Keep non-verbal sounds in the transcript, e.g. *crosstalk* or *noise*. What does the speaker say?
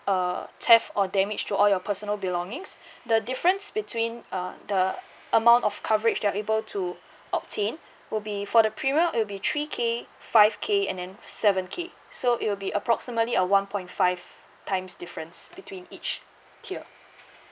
uh theft or damage to all your personal belongings *breath* the difference between uh the amount of coverage that you're able to obtain would be for the premium it'll be three K five K and then seven K so it'll be approximately a one point five times difference between each tier